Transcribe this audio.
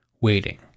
Waiting